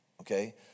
Okay